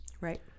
Right